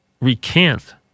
recant